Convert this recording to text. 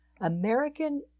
American